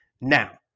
Now